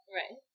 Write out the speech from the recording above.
right